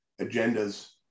agendas